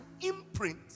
imprint